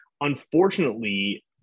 Unfortunately